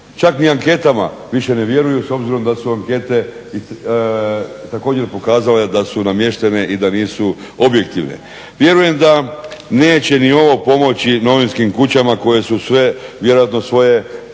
Čak ni anketama više ne vjeruju s obzirom da su ankete također pokazale da su namještene i da nisu objektivne. Vjerujem da neće ni ovo pomoći novinskim kućama koje su sve vjerojatno sve